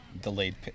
Delayed